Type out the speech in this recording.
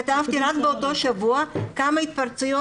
אני כתבתי רק באותו שבוע כמה התפרצויות